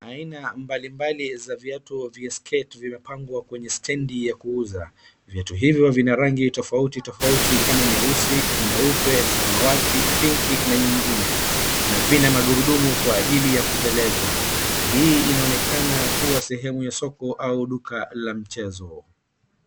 Aina mbali mbali za viatu vya skate vimepangwa kwenye stendi ya kuuza. Viatu hivyo vina rangi tofauti tofauti kama nyeusi, nyeu, samawati, pink , na nyingine na vina magurudumu kwa ajili ya kuteleza. Hii inaonekana kuwa sehemu ya soko au duka la mchezo.